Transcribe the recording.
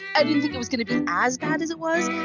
i didn't think it was going to be as bad as it was.